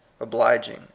obliging